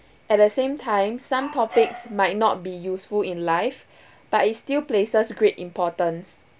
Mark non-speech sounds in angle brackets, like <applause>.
at the same time some topics might not be useful in life <breath> but it's still places great importance